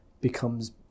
becomes